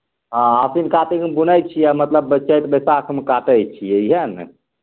हॅं आसीन कातिकमे बूनै छियै आ मतलब चैत बैसाखमे काटइ छियै इहए ने